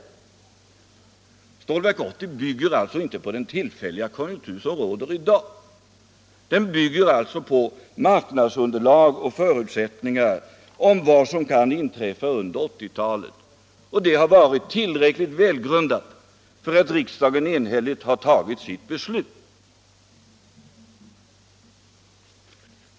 Beslutet om Stålverk 80 bygger inte på den tillfälliga konjunktur som råder i dag. Det bygger på undersökningar av marknadsunderlag och av vad som kan inträffa under 1980-talet. De var tillräckligt välgrundade för att riksdagen enhälligt skulle fatta sitt beslut.